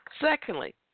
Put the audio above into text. Secondly